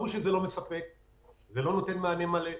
אבל ברור שזה לא מספק וזה לא נותן מענה מלא.